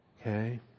Okay